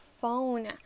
phone